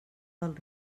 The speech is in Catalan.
del